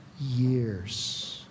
years